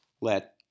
let